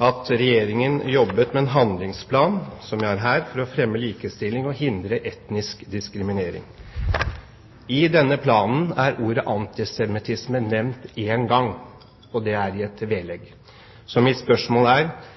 at Regjeringen jobbet med en handlingsplan – som jeg har her – for å fremme likestilling og hindre etnisk diskriminering. I denne planen er ordet antisemittisme nevnt én gang, og det er i et vedlegg. Så mitt spørsmål er: Holder Regjeringen fast på at det ikke er